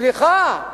סליחה,